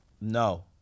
No